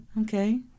Okay